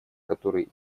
которые